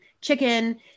chicken